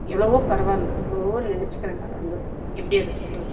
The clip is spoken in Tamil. எவ்வளோவோ பரவாயில்ல எவ்வளோவோ நினச்சிக்கிறாங்க அதை வந்து எப்படி அதை சொல்கிறது